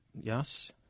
Yes